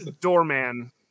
Doorman